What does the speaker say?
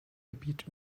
gebiet